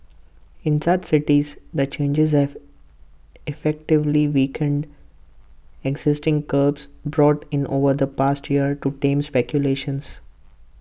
in such cities the changes have effectively weakened existing curbs brought in over the past year to tame speculations